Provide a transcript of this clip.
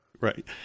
Right